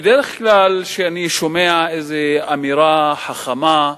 בדרך כלל, כשאני שומע איזה אמירה חכמה,